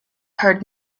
heard